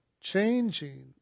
changing